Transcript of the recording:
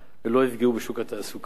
ולא יפגעו בשוק התעסוקה,